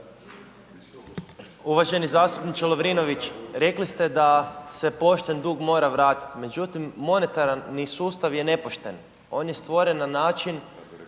Uvaženi zastupniče Lovrinović, rekli ste da se pošten dug mora vratiti, međutim, monetaran sustav je nepošten. On je stvoren na način